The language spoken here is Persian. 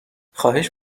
خواهش